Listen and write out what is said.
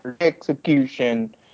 Execution